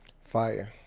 Fire